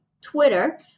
Twitter